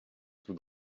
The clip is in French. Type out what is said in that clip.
tout